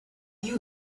you